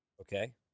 Okay